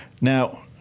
Now